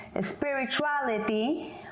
spirituality